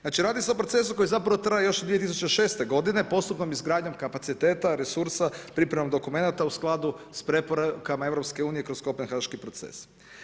Znači radi se o procesu koji zapravo traje još 2006. g. postupnom izgradnjom kapacitetom, resursa, priprema dokumenata u skladu s preporukama EU kroz Kopenhaški proces.